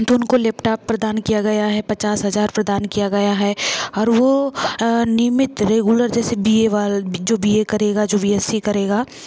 तो उनको लेपटॉप प्रदान किया है पचास हज़ार प्रदान किया गया है और वो नियमित रेगुलर जैसे बी ए वाले जो बी ए करेगा जो बी एस सी करेगा